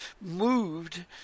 moved